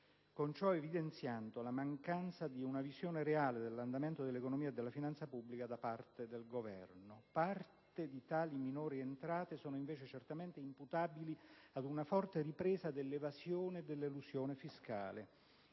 con ciò evidenziando la mancanza di una visione reale dell'andamento dell'economia e della finanza pubblica da parte del Governo. Parte di tali minori entrate sono, invece, certamente imputabili ad una forte ripresa dell'evasione e dell'elusione fiscale,